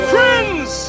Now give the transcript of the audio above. Friends